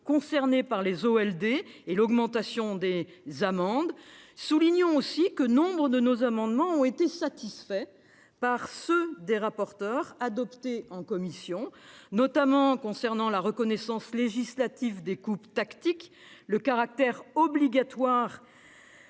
concernés par les OLD et l'augmentation du montant des amendes. Soulignons aussi que beaucoup de nos amendements ont été satisfaits par ceux des rapporteurs adoptés en commission, notamment : la reconnaissance législative des coupes tactiques et le caractère obligatoire